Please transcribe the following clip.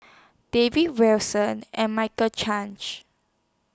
David Wilson and Michael Chiang